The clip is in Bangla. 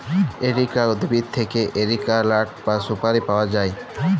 এরিকা উদ্ভিদ থেক্যে এরিকা লাট বা সুপারি পায়া যায়